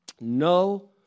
No